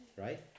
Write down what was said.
right